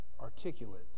articulate